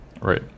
Right